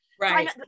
Right